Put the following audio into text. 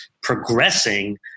progressing